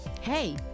Hey